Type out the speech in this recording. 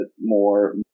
more